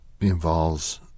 involves